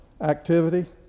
activity